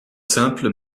simple